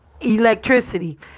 electricity